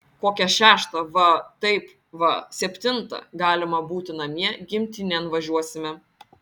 kokią šeštą va taip va septintą galima būti namie gimtinėn važiuosime